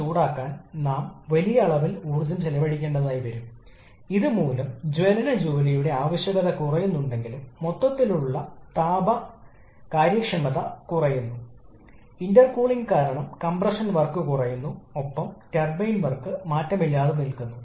ഇവിടെ നമുക്ക് ഒരു മർദ്ദം അനുപാതമുണ്ട് അത് ഒരു സമ്മർദ്ദ അനുപാതമാണ് പേര് സൂചിപ്പിക്കുന്നത് സമ്മർദ്ദമാണ് കംപ്രഷന് മുമ്പുള്ള സമ്മർദ്ദത്തിലേക്ക് കംപ്രഷന് ശേഷം